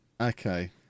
okay